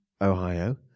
Ohio